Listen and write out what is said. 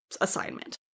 assignment